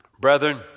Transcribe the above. Brethren